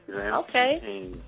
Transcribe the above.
Okay